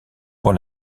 pour